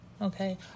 Okay